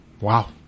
Wow